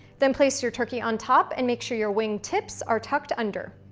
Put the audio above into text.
then place your turkey on top and make sure your wingtips are tucked under.